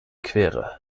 quere